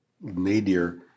nadir